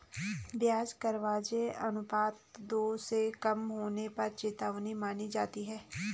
ब्याज कवरेज अनुपात दो से कम होने पर चेतावनी मानी जाती है